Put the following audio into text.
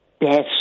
Yes